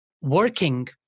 working